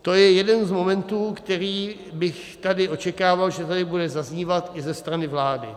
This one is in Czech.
To je jeden z momentů, který bych tady očekával, že tady bude zaznívat i ze strany vlády.